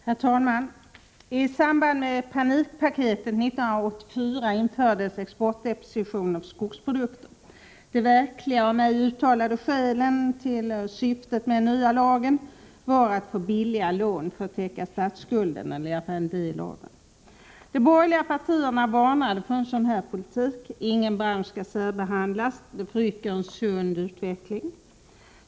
Herr talman! I samband med panikpaketet 1984 infördes exportdepositioner för skogsprodukter. Det verkliga om än ej uttalade syftet med den nya lagen var att få billiga lån för att täcka statsskulden eller i varje fall en del av den. De borgerliga partierna varnade för en sådan politik. Ingen bransch skall särbehandlas, eftersom det förrycker en sund utveckling.